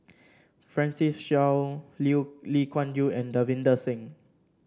Francis Seow Liu Lee Kuan Yew and Davinder Singh